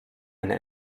eine